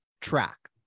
track